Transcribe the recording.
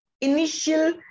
initial